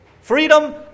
Freedom